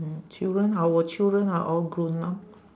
mm children our children are all grown up